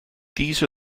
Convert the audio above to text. these